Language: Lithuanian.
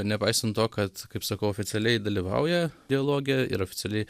nepaisant to kad kaip sakau oficialiai dalyvauja dialoge ir oficialiai